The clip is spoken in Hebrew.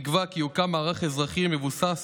נקבע כי יוקם מערך אזרחי המבוסס